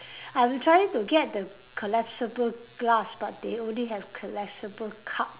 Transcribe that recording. I'm trying to get the collapsible glass but they only have collapsible cups